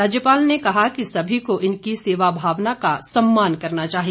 राज्यपाल ने कहा कि सभी को इनकी सेवा भावना का सम्मान करना चाहिए